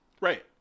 Right